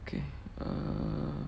okay err